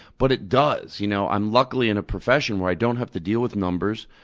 but it does. you know i'm, luckily, in a profession where i don't have to deal with numbers,